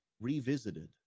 revisited